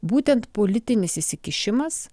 būtent politinis įsikišimas